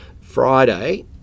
Friday